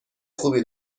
خوبی